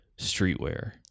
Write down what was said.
streetwear